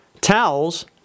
towels